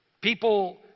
People